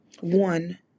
One